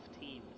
teams